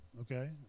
okay